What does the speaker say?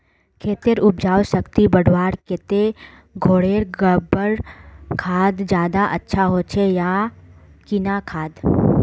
खेतेर उपजाऊ शक्ति बढ़वार केते घोरेर गबर खाद ज्यादा अच्छा होचे या किना खाद?